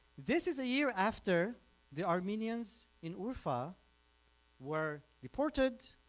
this is a year after the armenians in urfa were deported,